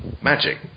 magic